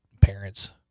parents